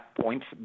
points